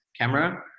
camera